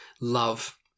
love